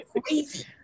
crazy